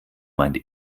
meint